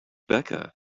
becca